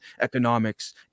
economics